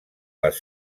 les